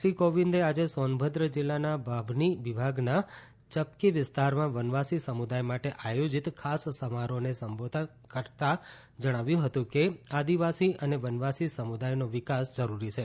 શ્રી કોવિંદે આજે સોનભદ્ર જિલ્લાના બાભની વિભાગના ચપકી વિસ્તારમાં વનવાસી સમુદાય માટે આયોજીત ખાસ સમારોહને સંબોધન કરતાં કહ્યું કે આદિવાસી અને વનવાસી સમુદાયનો વિકાસ જરૂરી છે